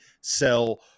sell